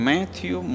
Matthew